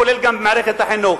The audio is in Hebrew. כולל גם במערכת החינוך.